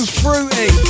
fruity